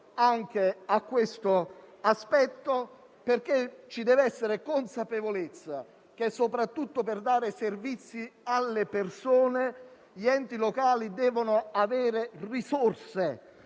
anche a questo aspetto, perché ci deve essere consapevolezza che, soprattutto per dare servizi alle persone, gli enti locali devono avere risorse,